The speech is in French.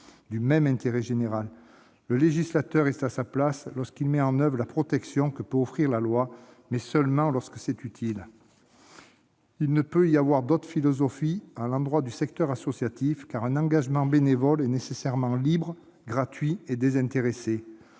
du même intérêt général. Le législateur est à sa place lorsqu'il met en oeuvre la protection que peut offrir la loi, mais seulement lorsque c'est utile. Il ne peut y avoir d'autre philosophie à l'endroit du secteur associatif, car un engagement bénévole est nécessairement libre, gratuit et désintéressé.